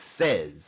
says